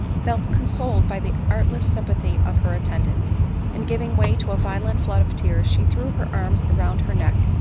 felt consoled by the artless sympathy of her attendant and, giving way to a violent flood of tears, she threw her arms round her neck,